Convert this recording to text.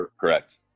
Correct